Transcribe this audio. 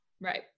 Right